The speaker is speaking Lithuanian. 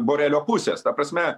borelio pusės ta prasme